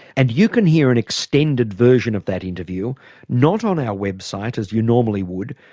and you can hear an extended version of that interview not on our website as you normally would,